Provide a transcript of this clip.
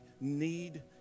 need